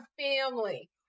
family